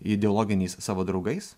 ideologiniais savo draugais